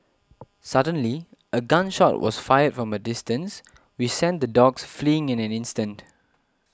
suddenly a gun shot was fired from a distance which sent the dogs fleeing in an instant